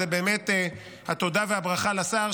באמת, התודה והברכה לשר.